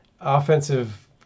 offensive